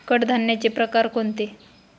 कडधान्याचे प्रकार कोणते?